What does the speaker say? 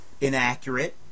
inaccurate